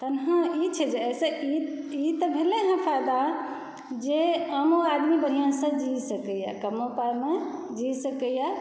तहन हँ ई छै जे ईसॅं तऽ भेलै हँ फ़ायदा जे आमो आदमी बढ़िआँसॅं जी सकै यऽ कमो पाइमे जी सकै यऽ